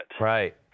Right